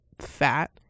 fat